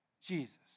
Jesus